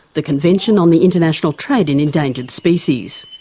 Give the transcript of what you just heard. the convention on the international trade in endangered species.